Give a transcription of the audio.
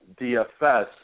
DFS